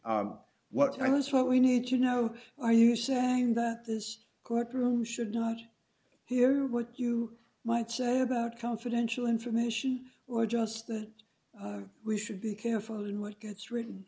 what i was what we need to know are you saying that this court room should not hear what you might say about confidential information or just that we should be careful in what gets written